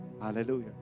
Hallelujah